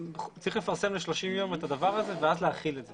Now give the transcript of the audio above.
צריך לפרסם ל-30 ימים את הדבר הזה ואז להחיל את זה.